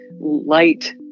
light